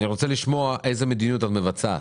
אני רוצה לשמוע איזו מדיניות את מבצעת.